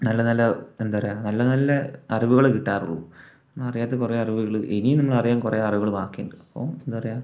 നല്ല നല്ല എന്താ പറയുക നല്ല നല്ല അറിവുകൾ കിട്ടാറുള്ളൂ അറിയാത്ത കുറേ അറിവുകൾ ഇനിയും നമ്മള് അറിയാൻ കുറേ അറിവുകൾ ബാക്കി ഉണ്ട് അപ്പോൾ എന്താ പറയുക